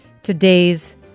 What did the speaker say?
Today's